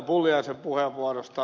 pulliaisen puheenvuorosta